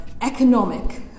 economic